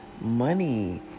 money